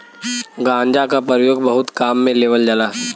गांजा क परयोग बहुत काम में लेवल जाला